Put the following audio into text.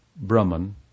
Brahman